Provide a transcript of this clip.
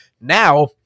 now